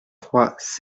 trois